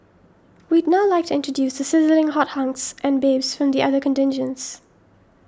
we'd now like to introduce the sizzling hot hunks and babes from the other contingents